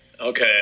Okay